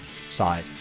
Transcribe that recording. side